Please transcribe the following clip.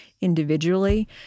individually